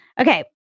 Okay